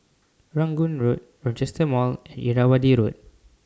Rangoon Road Rochester Mall and Irrawaddy Road